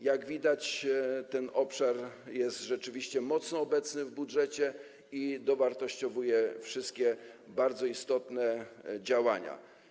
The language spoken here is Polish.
Jak widać, ten obszar jest rzeczywiście mocno obecny w budżecie i dowartościowuje wszystkie bardzo istotne działania.